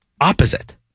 opposite